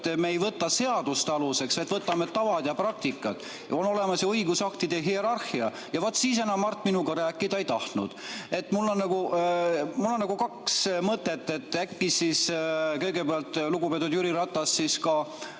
me ei võta seadust aluseks, vaid võtame tavad ja praktika. On olemas ju õigusaktide hierarhia. Vaat siis enam Mart minuga rääkida ei tahtnud. Mul on nagu kaks mõtet. Äkki kõigepealt lugupeetud Jüri Ratas vastaks